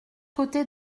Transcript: côté